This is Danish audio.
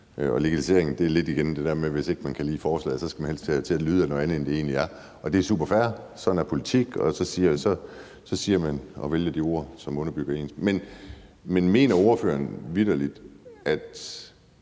til legalisering er det igen lidt det der med, at hvis man ikke kan lide forslaget, skal man helst have det til at lyde af noget andet, end det egentlig er, og det er superfair. Sådan er politik: Så vælger man de ord, som underbygger ens eget. Men mener ordføreren vitterlig, at